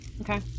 Okay